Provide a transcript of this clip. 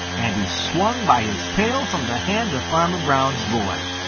and he swung by his tail from the hand of farmer brown's boy.